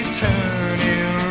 turning